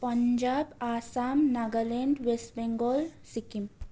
Punjab Assam Nagaland West Bengal Sikkim